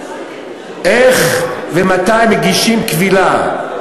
איך ומתי מגישים קבילה,